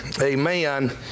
amen